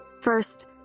First